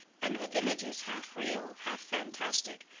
and with images half real, half fantastic,